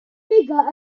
figure